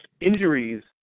injuries